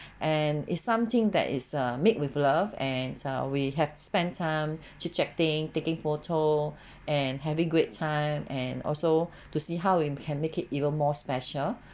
and is something that is uh made with love and err we have spent time chit chatting taking photo and having good time and also to see how we can make it even more special